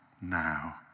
now